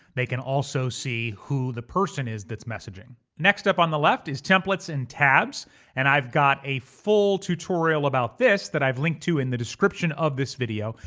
they can also see who the person is that's messaging. next up on the left is templates and tabs and i've got a full tutorial about this that i've linked to in the description of this video.